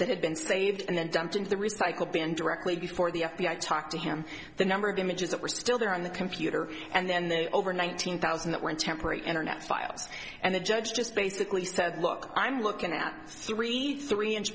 that had been saved and then dumped into the recycle bin directly before the f b i talked to him the number of images that were still there on the computer and then they over nineteen thousand that were in temporary internet files and the judge just basically said look i'm looking at three three inch